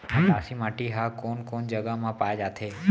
मटासी माटी हा कोन कोन जगह मा पाये जाथे?